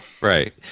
Right